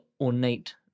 ornate